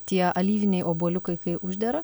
tie alyviniai obuoliukai kai uždera